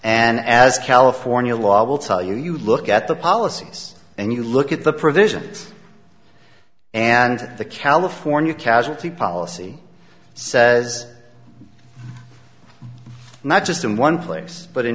and as california law will tell you you look at the policies and you look at the provisions and the california casualty policy says not just in one place but in